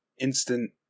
instant